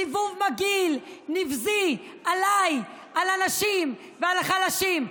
סיבוב מגעיל, נבזי, עליי, על הנשים ועל החלשים.